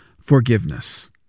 forgiveness